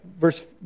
verse